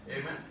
Amen